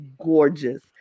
gorgeous